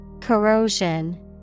Corrosion